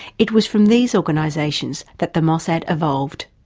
it was from these organisations that the mossad evolved.